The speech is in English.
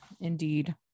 indeed